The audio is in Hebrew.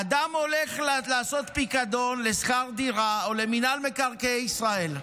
אדם הולך לעשות פיקדון לשכר דירה או למינהל מקרקעי ישראל,